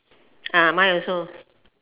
ah mine also